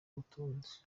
butunzi